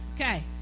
okay